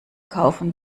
kaufen